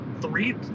three